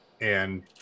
and-